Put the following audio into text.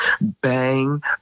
Bang